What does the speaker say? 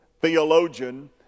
theologian